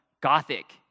gothic